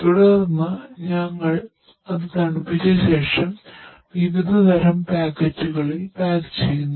തുടർന്ന് ഞങ്ങൾ അത് തണുപ്പിച്ച ശേഷം ഞങ്ങൾ വിവിധ തരം പാക്കറ്റുകളിലേക്ക് പാക്ക് ചെയ്യുന്നു